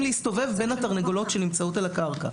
להסתובב בין התרנגולות שנמצאות על הקרקע.